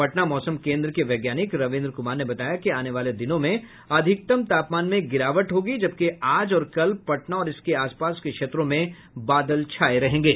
पटना मौसम केन्द्र के वैज्ञानिक रविन्द्र कुमार ने बताया कि आने वाले दिनों में अधिकतम तापमान में गिरावट होगी जबकि आज और कल पटना और इसके आस पास के क्षेत्रों में बादल छाये रहेंगे